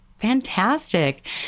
Fantastic